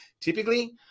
typically